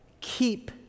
keep